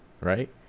right